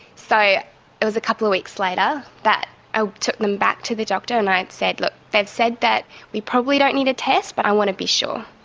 so it was a couple of weeks later that i took them back to the doctor and i said, look, they've said that we probably don't need a test, but i want to be sure.